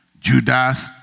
Judas